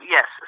Yes